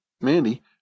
Mandy